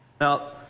Now